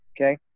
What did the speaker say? Okay